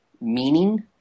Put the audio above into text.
meaning